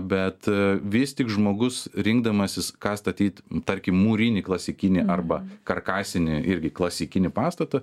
bet vis tik žmogus rinkdamasis ką statyt tarkim mūrinį klasikinį arba karkasinį irgi klasikinį pastatą